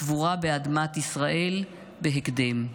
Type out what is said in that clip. לקבורה באדמת ישראל בהקדם.